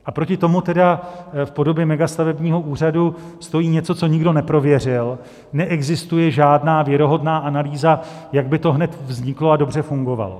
A proti tomu v podobě megastavebního úřadu stojí něco, co nikdo neprověřil, neexistuje žádná věrohodná analýza, jak by to hned vzniklo a dobře fungovalo.